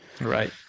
Right